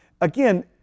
Again